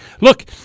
Look